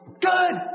Good